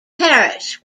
parish